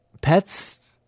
pets